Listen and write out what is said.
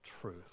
truth